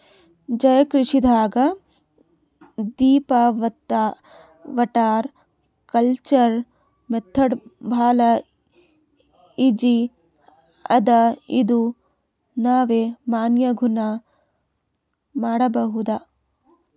ಜಲಕೃಷಿದಾಗ್ deep water culture method ಭಾಳ್ easy ಅದಾ ಇದು ನಾವ್ ಮನ್ಯಾಗ್ನೂ ಮಾಡಬಹುದ್